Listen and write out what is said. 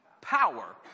Power